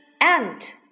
Ant